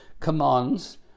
Commands